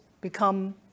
become